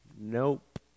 Nope